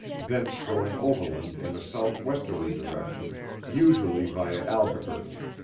thence going overland in a southwesterly direction usually via albuquerque.